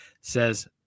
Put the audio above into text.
says